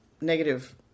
negative